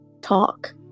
talk